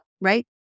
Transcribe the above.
right